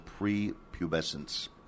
prepubescence